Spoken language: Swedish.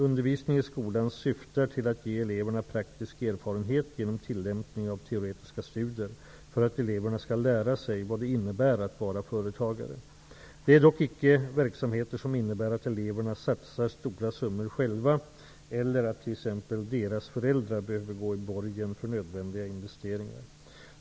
Undervisningen i skolan syftar till att ge eleverna praktisk erfarenhet genom tillämpning av teoretiska studier, för att eleverna skall lära sig vad det innebär att vara företagare. Det är dock icke verksamheter som innebär att eleverna satsar stora summor själva, eller att t.ex. deras föräldrar behöver gå i borgen för nödvändiga investeringar.